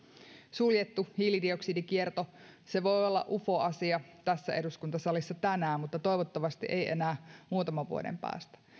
suljettu hiilidioksidikierto se voi olla ufoasia tässä eduskuntasalissa tänään mutta toivottavasti ei enää muutaman vuoden päästä